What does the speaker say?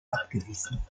abgewiesen